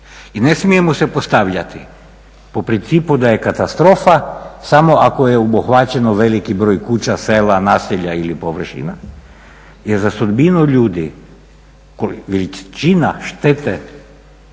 I ne smijemo se postavljati po principu da je katastrofa samo ako je obuhvaćeno veliki broj kuća, sela, naselja ili površina jer za sudbinu ljudi količina štete